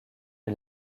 est